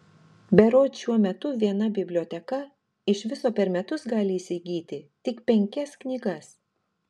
berods šiuo metu viena biblioteka iš viso per metus gali įsigyti tik penkias knygas